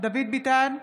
דוד ביטן,